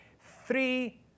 three